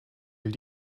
will